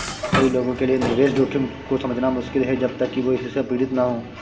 कई लोगों के लिए निवेश जोखिम को समझना मुश्किल है जब तक कि वे इससे पीड़ित न हों